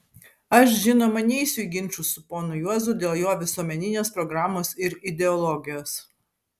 aš žinoma neisiu į ginčus su ponu juozu dėl jo visuomeninės programos ir ideologijos